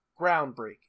groundbreaking